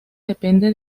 depende